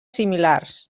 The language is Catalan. similars